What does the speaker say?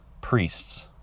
priests